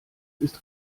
ist